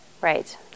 Right